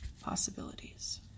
possibilities